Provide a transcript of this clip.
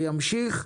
וימשיך,